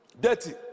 Dirty